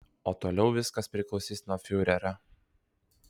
o toliau viskas priklausys nuo fiurerio